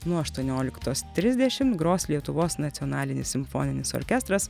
nuo aštuonioliktos trisdešimt gros lietuvos nacionalinis simfoninis orkestras